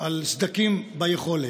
על סדקים ביכולת.